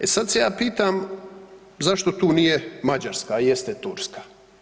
E sad se ja pitam zašto tu nije Mađarska, a jeste Turska?